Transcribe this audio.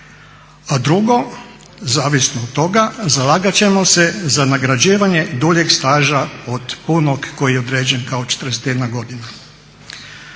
A drugo, zavisno od toga zalagat ćemo se za nagrađivanje duljeg staža od punog koji je određen kao 41 godina.